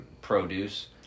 produce